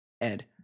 Ed